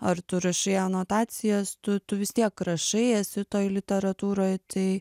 ar tu rašai anotacijas tu tu vis tiek rašai esi toj literatūroj tai